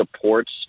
supports